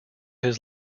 his